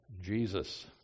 Jesus